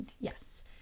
yes